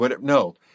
No